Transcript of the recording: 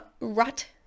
rut